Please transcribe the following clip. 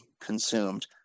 consumed